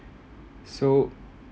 so